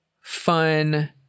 fun